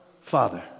Father